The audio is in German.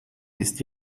ist